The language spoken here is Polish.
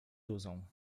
duzą